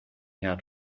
had